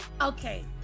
Okay